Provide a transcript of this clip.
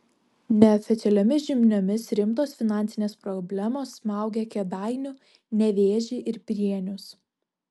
neoficialiomis žiniomis rimtos finansinės problemos smaugia kėdainių nevėžį ir prienus